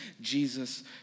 Jesus